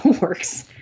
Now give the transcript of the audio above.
works